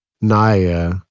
Naya